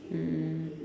mm